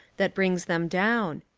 that brings them down.